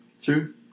True